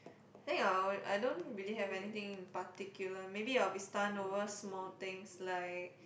think I'll I don't believe have anything in particular maybe I'll be stun over small things like